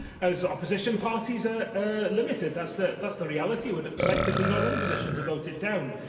as opposition parties, are limited. that's the that's the reality we're collectively not in a position to vote it down,